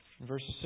verses